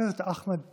חבר הכנסת אחמד טיבי,